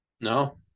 No